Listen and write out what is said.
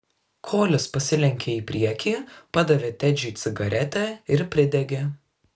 kolis pasilenkė į priekį padavė tedžiui cigaretę ir pridegė